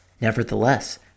Nevertheless